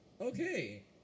Okay